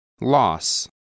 Loss